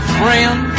friend